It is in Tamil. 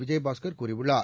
விஜயபாஸ்கர் கூறியுள்ளார்